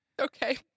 Okay